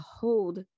hold